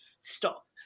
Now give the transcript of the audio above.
stop